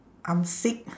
I'm sick